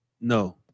No